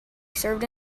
served